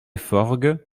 forgues